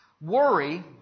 Worry